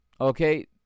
okay